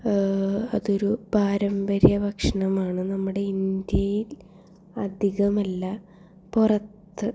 അതൊരു പാരമ്പര്യ ഭക്ഷണമാണ് നമ്മുടെ ഇന്ത്യയിൽ അധികമല്ല പുറത്ത്